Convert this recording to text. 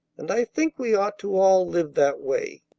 and i think we ought to all live that way.